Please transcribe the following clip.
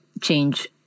change